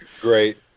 Great